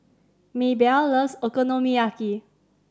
Mabelle loves Okonomiyaki